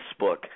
facebook